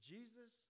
Jesus